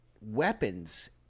weapons